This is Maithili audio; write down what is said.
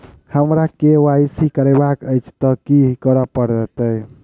हमरा केँ वाई सी करेवाक अछि तऽ की करऽ पड़तै?